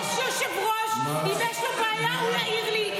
יש יושב-ראש, ואם יש לו בעיה, הוא יעיר לי.